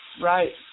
Right